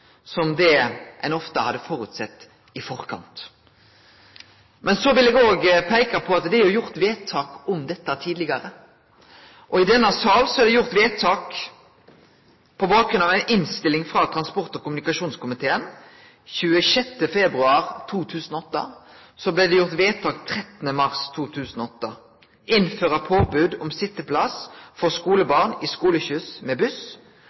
som det ein ofte hadde føresett i forkant. Men så vil eg peike på at det er gjort vedtak om dette tidlegare. I denne salen er det gjort vedtak på bakgrunn av ei innstilling frå transport- og kommunikasjonskomiteen frå 26. februar 2008. Det blei gjort vedtak 13. mars 2008 om å innføre påbud om sitteplass for skolebarn i skoleskyss med buss.